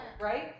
Right